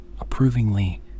approvingly